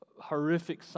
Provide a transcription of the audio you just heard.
horrific